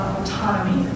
autonomy